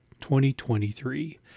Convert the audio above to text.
2023